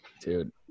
Dude